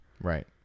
Right